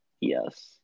yes